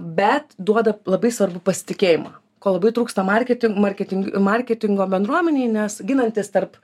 bet duoda labai svarbu pasitikėjimą ko labai trūksta marketi marketin marketingo bendruomenei nes ginantis tarp